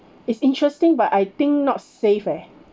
it's interesting but I think not safe leh